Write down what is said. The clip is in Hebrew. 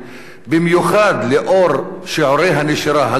במיוחד לאור שיעורי הנשירה הגבוהים